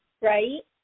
right